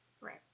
Right